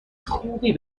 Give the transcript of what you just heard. خوبی